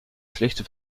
schlechte